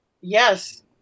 Yes